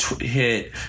hit